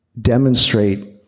demonstrate